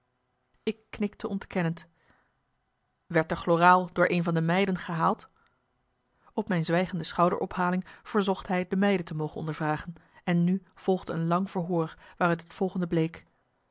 ik knikte ontkennend werd de chloraal door een van de meiden gehaald marcellus emants een nagelaten bekentenis op mijn zwijgende schouderophaling verzocht hij de meiden te mogen ondervragen en nu volgde een lang verhoor waaruit het volgende bleek